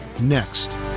next